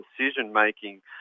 decision-making